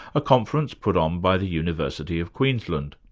a conference put on by the university of queensland.